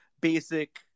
basic